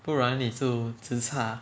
不然你就 zi char